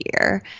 year